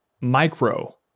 micro